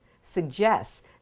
suggests